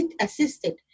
assisted